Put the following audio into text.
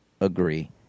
agree